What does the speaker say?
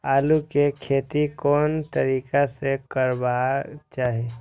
आलु के खेती कोन तरीका से करबाक चाही?